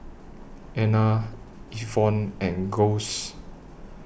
Ena Evonne and Gus